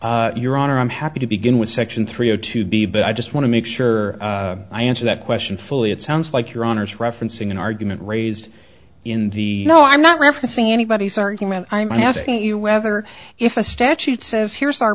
b your honor i'm happy to begin with section three zero two b but i just want to make sure i answer that question fully it sounds like your honour's referencing an argument raised in the no i'm not referencing anybody's argument i'm asking you whether if a statute says here's our